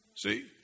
See